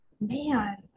man